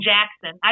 Jackson